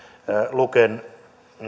luken